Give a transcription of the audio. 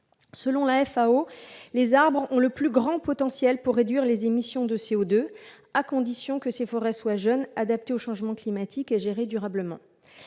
la FAO, les arbres ont le plus grand potentiel pour réduire les émissions de CO2, à condition que les forêts soient jeunes, adaptées au changement climatique et gérées durablement.